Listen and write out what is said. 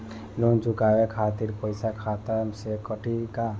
Loan चुकावे खातिर पईसा खाता से कटी का?